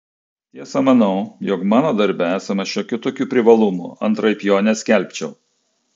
tiesa manau jog mano darbe esama šiokių tokių privalumų antraip jo neskelbčiau